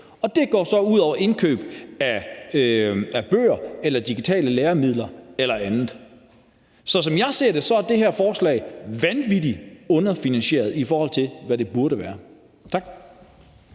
og det går så ud over indkøb af bøger eller digitale læremidler eller andet. Så som jeg ser det, er det her forslag vanvittig underfinansieret, i forhold til hvad det burde være. Tak.